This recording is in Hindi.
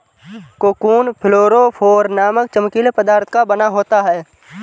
कोकून फ्लोरोफोर नामक चमकीले पदार्थ का बना होता है